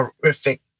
horrific